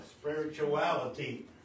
spirituality